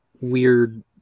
Weird